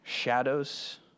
Shadows